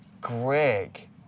Greg